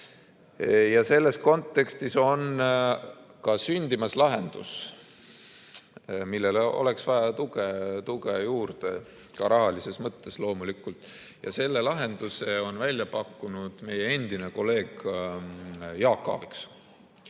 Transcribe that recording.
Selles kontekstis on sündimas lahendus, millele oleks vaja tuge juurde, ka rahalises mõttes loomulikult. Selle lahenduse on välja pakkunud meie endine kolleeg Jaak Aaviksoo.